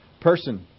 person